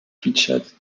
featured